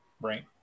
Right